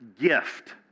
gift